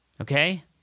Okay